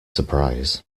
surprise